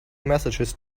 messages